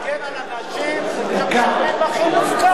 אבל איך אתה מגן על אנשים כשלוקחים מחיר מופקע?